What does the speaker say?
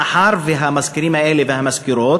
מאחר שהמזכירים האלה והמזכירות